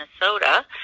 Minnesota